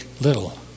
Little